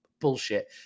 Bullshit